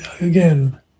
again